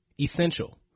essential